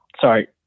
sorry